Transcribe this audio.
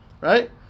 right